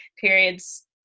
periods